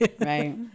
Right